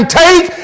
take